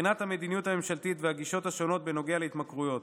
בחינת המדיניות הממשלתית והגישות השונות בנוגע להתמכרויות,